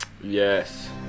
Yes